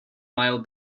mile